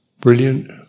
brilliant